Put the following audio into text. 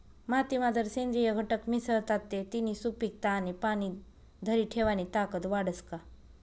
मातीमा जर सेंद्रिय घटक मिसळतात ते तिनी सुपीकता आणि पाणी धरी ठेवानी ताकद वाढस का?